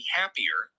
happier